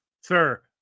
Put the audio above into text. Sir